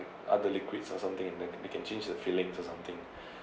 other liquids or something in there you can change the fillings or something